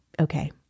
Okay